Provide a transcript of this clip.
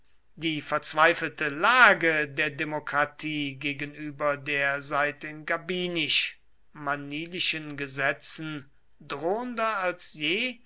die verzweifelte lage der demokratie gegenüber der seit den gabinisch manilischen gesetzen drohender als je